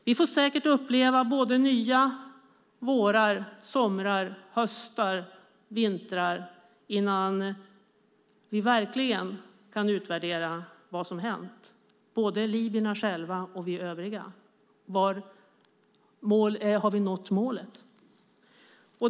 Vi får säkert uppleva nya vårar, somrar, höstar och vintrar innan vi, både libyerna själva och vi övriga, verkligen kan utvärdera vad som har hänt och ställa frågan: Har vi nått målet?